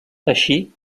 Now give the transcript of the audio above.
així